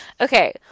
Okay